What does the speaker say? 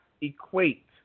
equate